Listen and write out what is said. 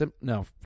No